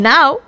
Now